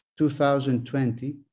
2020